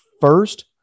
first